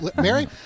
Mary